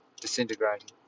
disintegrating